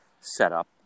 setup